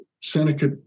Seneca